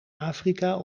afrika